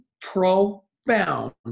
profound